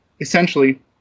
Essentially